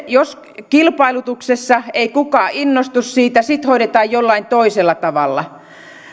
jos kilpailutuksessa ei kukaan innostu siitä sitten se hoidetaan jollain toisella tavalla